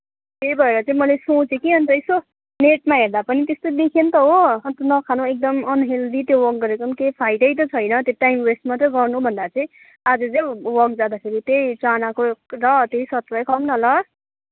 त्यही भएर चाहिँ मैले सोँचे के अन्त यसो नेटमा हेर्दा पनि त्यस्तै देखेँ नि त हो अन्त नखानु एकदम अनहेल्दी त्यो वाक गरेको पनि केही फाइदै त छैन त्यो टाइम वेस्ट मात्रै गर्नुभन्दा चाहिँ आज चाहिँ वाक जाँदाखेरि त्यही चानाको र त्यही सतुवै खाऊँ न ल